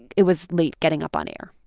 it was late getting up on air.